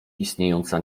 istniejąca